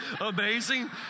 amazing